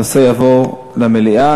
הנושא יעבור למליאה.